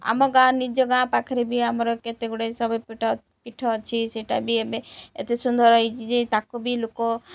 ଆମ ଗାଁ ନିଜ ଗାଁ ପାଖରେ ବି ଆମର କେତେ ଗୁଡ଼େ ଶୈବ ପୀଠ ପୀଠ ଅଛି ସେଇଟା ବି ଏବେ ଏତେ ସୁନ୍ଦର ହେଇଛି ଯେ ତାକୁ ବି ଲୋକ